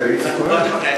חבר הכנסת איציק כהן.